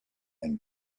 and